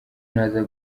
ntaza